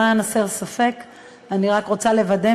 למען הסר ספק אני רק רוצה לוודא,